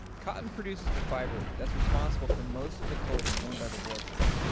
cotton produces the fiber that's responsible for most of the clothing worn by the world today.